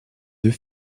deux